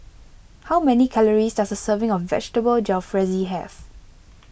how many calories does a serving of Vegetable Jalfrezi have